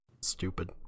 stupid